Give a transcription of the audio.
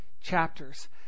chapters